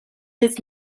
his